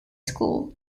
school